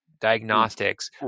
diagnostics